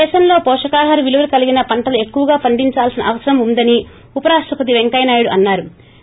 దేశంలో పోషకాహార విలువలు కలిగిన పంటలు ఎక్కువగా పండించాల్సిన అవసరం ఉందని ఉప రాష్టపతి పెంకయ్య నాయుడు అన్నా రు